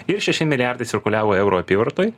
ir šeši milijardai cirkuliavo eurų apyvartoj